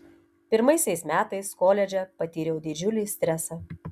pirmaisiais metais koledže patyriau didžiulį stresą